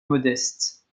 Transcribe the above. modeste